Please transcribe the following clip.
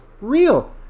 real